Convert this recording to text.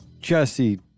Jesse